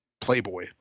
Playboy